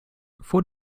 vor